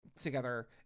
together